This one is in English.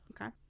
Okay